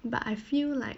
but I feel like